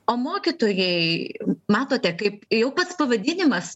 o mokytojai matote kaip jau pats pavadinimas